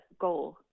goal